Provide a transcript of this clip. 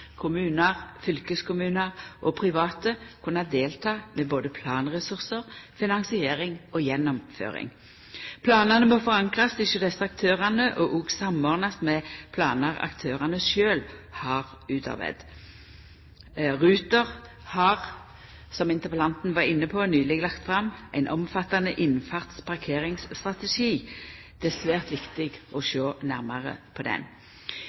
kommunar, fylkeskommunar og private kunna delta med både planressursar, finansiering og gjennomføring. Planane må forankrast hjå desse aktørane og òg samordnast med planar aktørane sjølve har utarbeidd. Ruter har, som interpellanten var inne på, nyleg lagt fram ein omfattande innfartsparkeringsstrategi. Det er svært viktig å sjå nærmare på den.